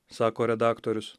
sako redaktorius